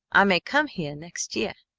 i may come heah next yeah.